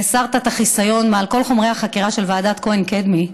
והסרת את החיסיון מעל כל חומרי החקירה של ועדת כהן-קדמי,